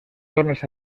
tornes